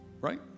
Right